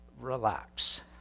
relax